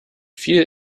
viel